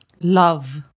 Love